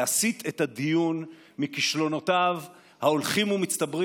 להסיט את הדיון מכישלונותיו ההולכים ומצטברים.